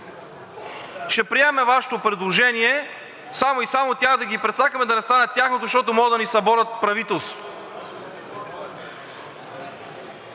ще приемем Вашето предложение само и само тях да ги прецакаме, да не стане тяхното, защото може да ни съборят правителството.